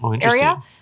area